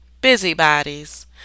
busybodies